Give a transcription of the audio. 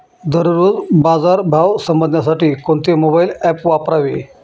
दररोजचे बाजार भाव समजण्यासाठी कोणते मोबाईल ॲप वापरावे?